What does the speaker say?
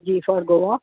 ji for Goa